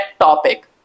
topic